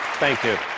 thank you.